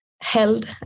held